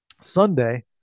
sunday